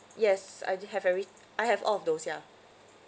yes I did have every I have all of those ya